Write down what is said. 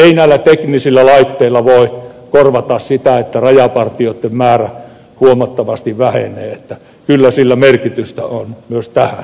ei näillä teknisillä laitteilla voi korvata sitä että rajavartijoitten määrä huomattavasti vähenee kyllä sillä merkitystä on myös tähän